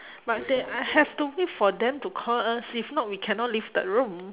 but they I have to wait for them to call us if not we cannot leave the room